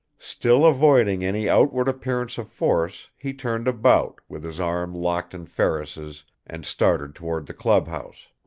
still avoiding any outward appearance of force, he turned about, with his arm locked in ferris's and started toward the clubhouse.